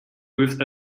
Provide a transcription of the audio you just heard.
with